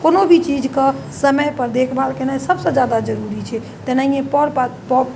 कोनो भी चीजके समयपर देखभाल केनाइ सबसँ ज्यादा जरूरी छै तेनाहिए पेड़